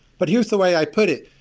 but here's the way i put it,